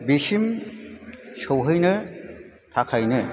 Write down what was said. बिसिम सौहैनो थाखायनो